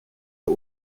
but